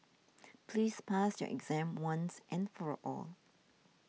please pass your exam once and for all